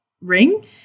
ring